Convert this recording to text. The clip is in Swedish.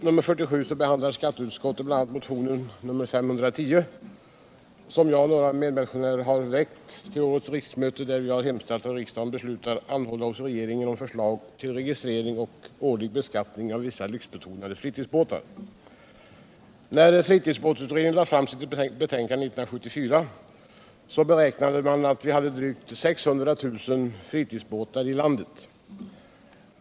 När fritidsbåtutredningen lade fram sitt betänkande år 1974 beräknade den att vi hade drygt 600 000 tritidsbåtar i landet.